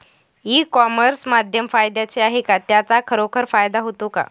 E commerce माध्यम फायद्याचे आहे का? त्याचा खरोखर फायदा होतो का?